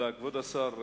כבוד השר,